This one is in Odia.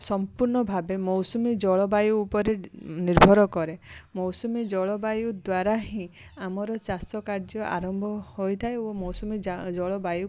ସମ୍ପୂର୍ଣ୍ଣ ଭାବେ ମୌସୁମୀ ଜଳବାୟୁ ଉପରେ ନିର୍ଭର କରେ ମୌସୁମୀ ଜଳବାୟୁ ଦ୍ଵାରା ହିଁ ଆମର ଚାଷ କାର୍ଯ୍ୟ ଆରମ୍ଭ ହୋଇଥାଏ ଓ ମୌସୁମୀ ଜଳବାୟୁକୁ